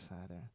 Father